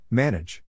manage